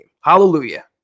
Hallelujah